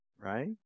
right